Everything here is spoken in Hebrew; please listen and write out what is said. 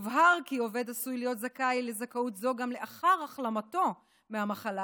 יובהר כי עובד עשוי להיות זכאי לזכאות זו גם לאחר החלמתו מהמחלה